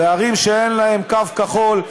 וערים שאין להן קו כחול,